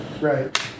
Right